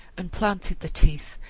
and planted the teeth,